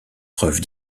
preuve